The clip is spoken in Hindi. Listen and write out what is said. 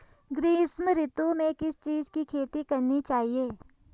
ग्रीष्म ऋतु में किस चीज़ की खेती करनी चाहिये?